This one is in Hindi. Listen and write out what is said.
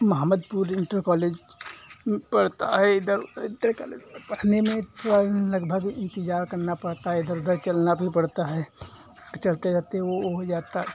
महमदपुर इन्टर कॉलेज पड़ता है इधर इन्टर कॉलेज में पढ़ने में थोड़ा लगभग इंतिजार करना पड़ता है इधर उधर चलना भी पड़ता है तो चलते जाते वो हो जाता